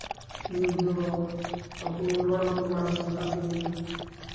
ᱱᱤᱭᱟᱹ ᱠᱚᱫᱚ ᱟᱵᱚ ᱨᱚᱲ ᱦᱚᱸᱵᱚᱱ ᱨᱚᱲᱟ ᱟᱱᱛᱟᱲ ᱛᱮᱜᱮ